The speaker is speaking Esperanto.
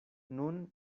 nun